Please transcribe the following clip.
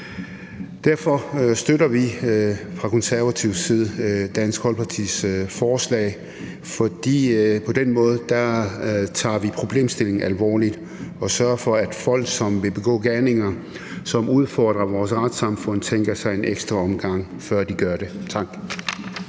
Derfor støtter vi fra konservativ side Dansk Folkepartis forslag, for på den måde tager vi problemstillingen alvorligt og sørger for, at folk, som vil begå gerninger, som udfordrer vores retssamfund, tænker sig om en ekstra gang, før de gør det.